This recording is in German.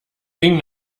ging